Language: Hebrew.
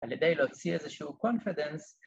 ‫על ידי להוציא איזשהו confidence.